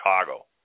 Chicago